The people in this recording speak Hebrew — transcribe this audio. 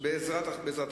בעסקת